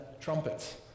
trumpets